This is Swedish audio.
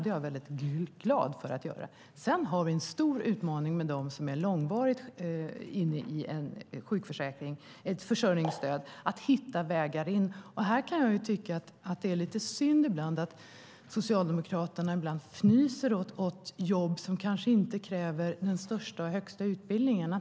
Det är jag glad för. Sedan har vi en stor utmaning med dem som är långvarigt inne i ett försörjningsstöd när det gäller hur de ska hitta vägar in på arbetsmarknaden. Jag kan tycka att det är lite synd att Socialdemokraterna ibland fnyser åt jobb som kanske inte kräver den högsta utbildningen.